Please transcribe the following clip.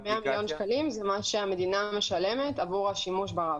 היום 100 מיליון שקלים זה מה שהמדינה משלמת עבור השימוש ברב-קו.